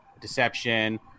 deception